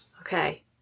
Okay